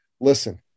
listen